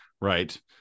Right